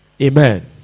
Amen